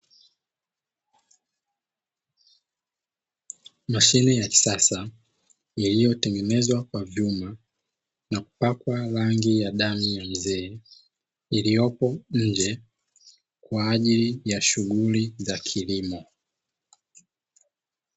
Mashine ya kisasa iliyotengenezwa kwa vyuma na kupakwa rangi ya damu ya mzee iliyopo nje kwa ajili ya shughuli za kilimo.